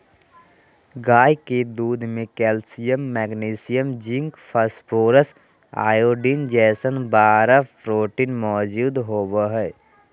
गाय के दूध में calcium, magnesium, zinc, phosphorus, iodine जैसन बारह प्रोटीन मौजूद होबा हइ